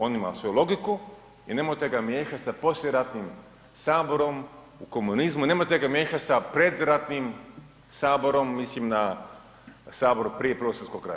On ima svoju logiku i nemojte ga miješati sa poslijeratnim saborom u komunizmu, nemojte ga miješati sa predratnim saborom, mislim na sabor prije Prvog svjetskog rata.